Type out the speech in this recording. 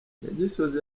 nyagisozi